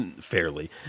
Fairly